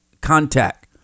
contact